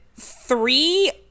three